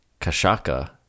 kashaka